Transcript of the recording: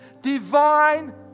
Divine